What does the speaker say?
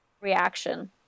reaction